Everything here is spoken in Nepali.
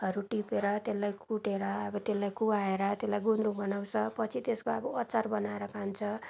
हरू टिपेर त्यसलाई कुटेर अब त्यसलाई कुहाएर त्यसलाई गुन्द्रुक बनाउँछ पछि त्यसको अब अचार बनाएर खान्छ